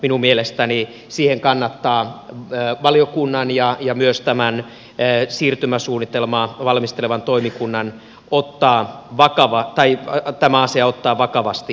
minun mielestäni valiokunnan ja myös tämän siirtymäsuunnitelmaa valmistelevan toimikunnan kannattaa tämä asia ottaa vakavasti huomioon